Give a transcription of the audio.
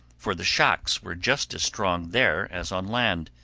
for the shocks were just as strong there as on land.